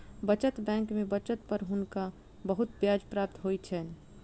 बचत बैंक में बचत पर हुनका बहुत ब्याज प्राप्त होइ छैन